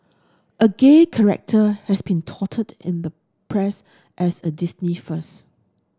a gay character has been touted in the press as a Disney first